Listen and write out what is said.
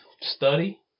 study